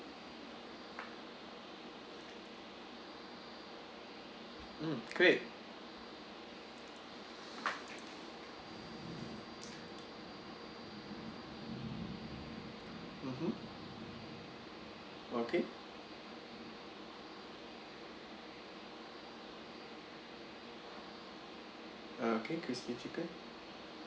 mm great mmhmm okay okay crispy chicken